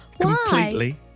Completely